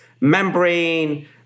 membrane